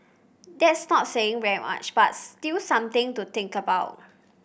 that's not saying very much but still something to think about